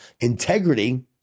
Integrity